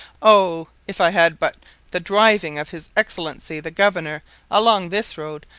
oh, if i had but the driving of his excellency the governor along this road,